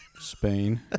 Spain